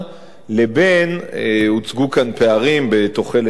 הוצגו כאן פערים בתוחלת חיים,